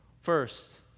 First